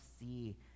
see